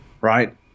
Right